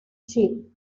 chi